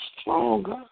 stronger